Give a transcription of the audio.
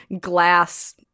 glass